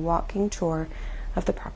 walking tour of the park